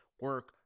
Work